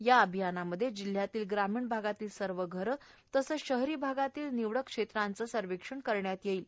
या अभियानामध्ये जिल्हयातील ग्रामीण भागातील सर्व घरे तसेच शहरी भागातील निवडक क्षेत्राचे सर्वेक्षण करण्यात येणार आहे